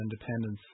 independence